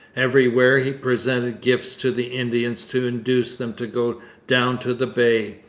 everywhere he presented gifts to the indians to induce them to go down to the bay.